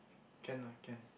can lah can